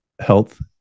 health